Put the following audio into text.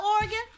Oregon